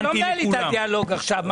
אתה לא מנהל איתה דיאלוג עכשיו.